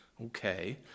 Okay